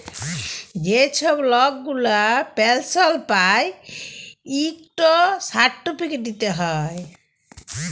যে ছব লক গুলা পেলশল পায় ইকট সার্টিফিকেট দিতে হ্যয়